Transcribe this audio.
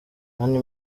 mani